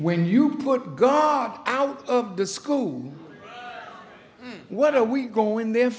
when you put guards out of the school what are we going there